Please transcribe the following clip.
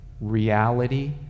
reality